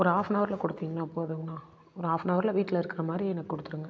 ஒரு ஹாஃப்னவரில் கொடுத்தீங்கன்னா போதுங்கண்ணா ஒரு ஹாஃப்னவரில் வீட்டில் இருக்கிற மாதிரி எனக்கு கொடுத்துடுங்க